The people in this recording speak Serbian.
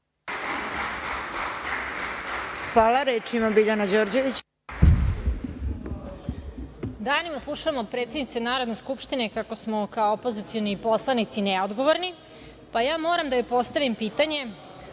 Đorđević. **Biljana Đorđević** Danima slušamo od predsednice Narodne skupštine, kako smo kao opozicioni poslanici neodgovorni, pa moram da joj postavim pitanje